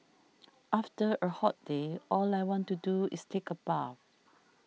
after a hot day all I want to do is take a bath